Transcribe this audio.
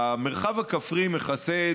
המרחב הכפרי מכסה,